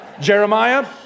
Jeremiah